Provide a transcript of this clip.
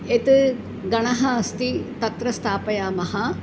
यत् गणः अस्ति तत्र स्थापयामः